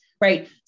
Right